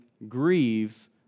Grieves